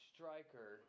Striker